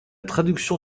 traduction